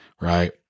right